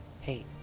Hey